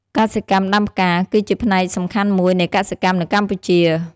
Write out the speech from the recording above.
កសិកម្មដំាផ្កា គឺជាផ្នែកសំខាន់មួយនៃកសិកម្មនៅកម្ពុជា។